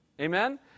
Amen